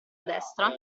destra